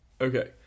okay